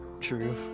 true